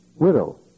widow